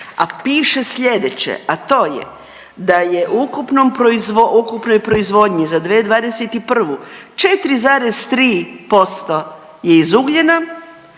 a piše sljedeće, a to je da u ukupnoj proizvodnji za 2021. 4,3% je iz ugljena,